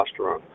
testosterone